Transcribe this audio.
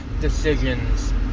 decisions